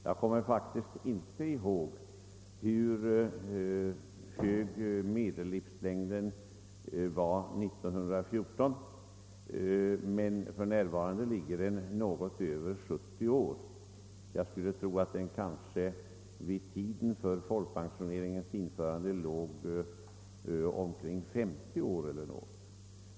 Jag kommer inte ihåg vilken medellivslängd vi hade 1914, men för närvarande ligger den på något över 70 år — jag skulle tro att den vid tiden för folkpensionens införande låg mellan 50 och 60 år.